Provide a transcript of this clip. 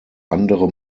andere